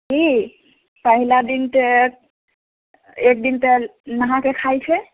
ई पहिला दिन तऽ एक दिन तऽ नहाके खाइत छै